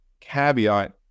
Caveat